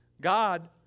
God